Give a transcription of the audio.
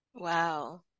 wow